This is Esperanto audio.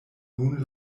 nun